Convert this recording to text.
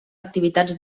activitats